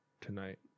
tonight